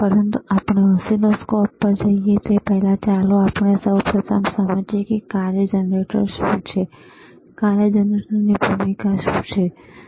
પરંતુ આપણે ઓસિલોસ્કોપ પર જઈએ તે પહેલાં ચાલો આપણે સૌ પ્રથમ સમજીએ કે કાર્ય જનરેટર શું છે અને કાર્ય જનરેટરની ભૂમિકા શું છે બરાબર